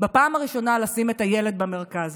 בפעם הראשונה לשים את הילד במרכז.